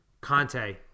Conte